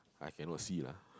I cannot see lah